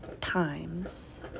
times